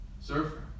surfer